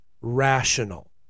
rational